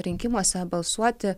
rinkimuose balsuoti